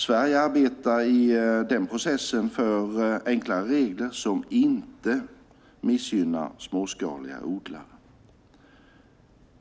Sverige arbetar i den processen för enklare regler som inte missgynnar småskaliga odlare.